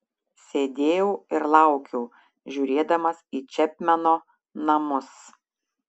sėdėjau ir laukiau žiūrėdamas į čepmeno namus